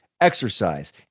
Exercise